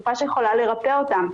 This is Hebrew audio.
תרופה שיכולה לרפא אותם.